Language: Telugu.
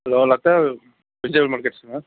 hello Latha vegetable markets ma'am